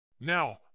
Now